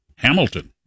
Hamilton